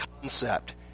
concept